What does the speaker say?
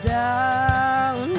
down